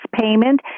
payment